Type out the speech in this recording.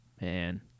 Man